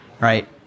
right